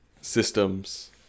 systems